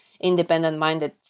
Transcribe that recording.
independent-minded